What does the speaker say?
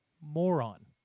moron